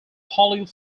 hollywood